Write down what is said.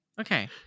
Okay